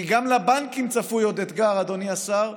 כי גם לבנקים צפוי עוד אתגר, אדוני השר,